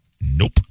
Nope